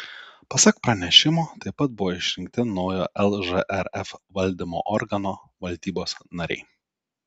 pasak pranešimo taip pat buvo išrinkti naujo lžrf valdymo organo valdybos nariai